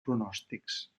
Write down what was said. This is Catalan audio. pronòstics